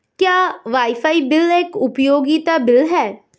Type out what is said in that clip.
क्या wifi bill एक उपयोगिता बिल है?